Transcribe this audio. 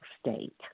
state